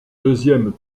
deuxième